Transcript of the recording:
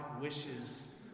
wishes